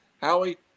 Howie